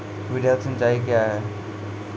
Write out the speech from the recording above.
वृहद सिंचाई कया हैं?